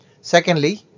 Secondly